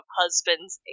husbands